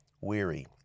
weary